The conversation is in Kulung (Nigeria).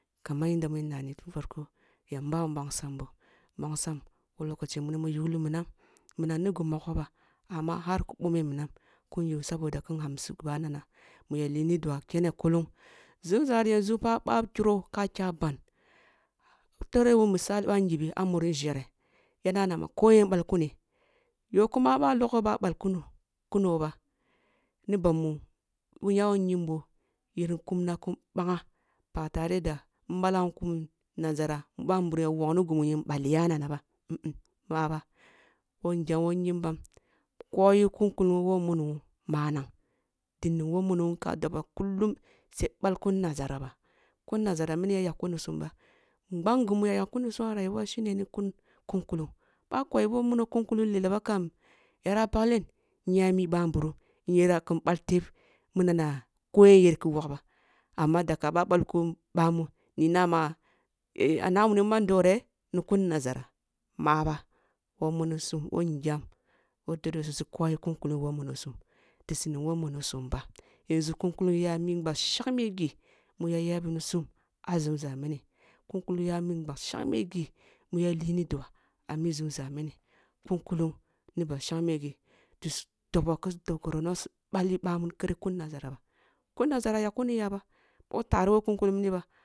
Kaman yanda mun nani tun tarkon yamba mbongsam boh mbongsam who lokaci minam wu yughli minam minam ni gi mogho ba amma har ku ɓome minam kin yu saboda kin amsi gib a nana mu ya lini duah a kkene kullung, zumza ri yanzu fa bwakiro ka kya ban boh terehwun misali ba ngibi a muri nzere y ana ma ko yen goal kune yoh kurna boh a logoh boh a balkuno kuno bani bamu bohyawo nyim boh yirin kumna kun ɓanga ba tareh da in ɓalawun kun nazari ku vaburum ya wogoh ni gumu yin bala yana ba ma ba who ngtam wohh nyimbam koyi kun kullung who muni wun manang din ning who muniwun ka doboh kullum sai balkun nzara bah, kun nazara mini ya yagh kunnisum ba mbgam gumi ya yakkunisum a rayuwa shine ni kun kullung boh a koyi who wuno kun kullung ba kam yara pak len? Inya mi ɓamburum inyar kin ɓal tebh munana ko ye yar ki wogh ba amma daga boh a ɓalkun ɓamun na ina ma a na wuni man doreh? Ni kun nazara maaba, who munisum, who ngyam, who munisum di si ning who munisum ba yanzu kun kullung yci mi bashangme gi mu ya yaghnisum a zumza mini kun kullung ya mi bashangmi gi mu ya lini duah a mi zumza mini kun kullung ni bashagme gi doboh ku si dobh koro su noni bali bamun kuni nazera ba kun nazara ya yak kuniya ba boh tare ko kun kulung miniba